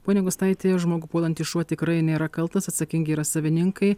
pone gustaiti žmogų puolantis šuo tikrai nėra kaltas atsakingi yra savininkai